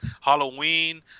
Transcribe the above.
Halloween